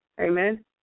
Amen